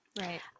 Right